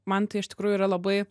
man tai iš tikrųjų yra labai